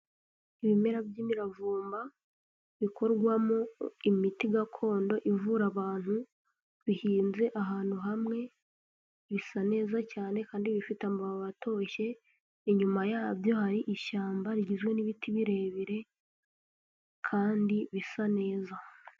Ibimera by'imiravumba, bikorwamo imiti gakondo ivura abantu, bihinze ahantu hamwe, bisa neza cyane kandi bifite amababi atoshye, inyuma yabyo hari ishyamba rigizwe n'ibiti birebire kandi bisa neza.